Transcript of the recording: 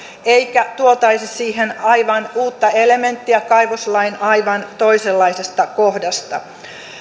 eikä tuotaisi siihen aivan uutta elementtiä kaivoslain aivan toisenlaisesta kohdasta